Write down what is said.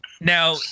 Now